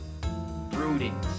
Brooding